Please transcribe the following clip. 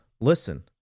listen